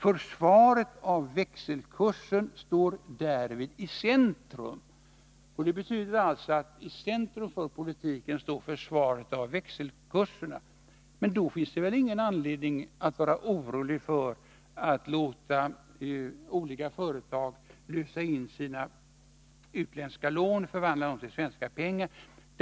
”Försvaret av växelkursen står därvid i centrum.” Men då finns det väl ingen anledning att vara orolig för att låta företag lösa in sina utländska lån och förvandla dem till svenska pengar.